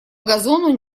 газону